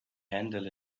handled